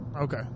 Okay